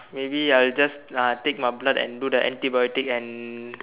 maybe I'll just ah take my blood and do the anti biotic and